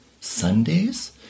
Sundays